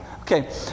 okay